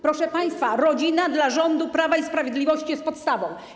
Proszę państwa, rodzina dla rządu Prawa i Sprawiedliwości jest podstawą.